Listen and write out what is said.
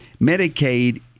Medicaid